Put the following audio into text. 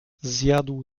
zjadł